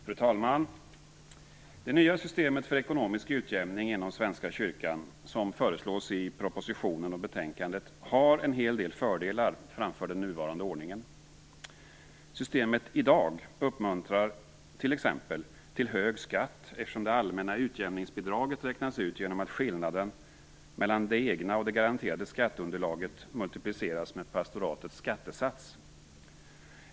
Fru talman! Det nya system för ekonomisk utjämning inom Svenska kyrkan som föreslås i propositionen och betänkandet har en hel del fördelar framför den nuvarande ordningen. Systemet i dag uppmuntrar t.ex. till hög skatt, eftersom det allmänna utjämningsbidraget räknas ut genom att skillnaden mellan det egna och det garanterade skatteunderlaget multipliceras med pastoratets skattesats.